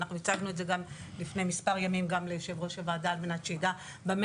אנחנו הצגנו את זה לפני מספר ימים גם בפני יושב ראש הוועדה שייגע במה